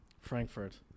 Frankfurt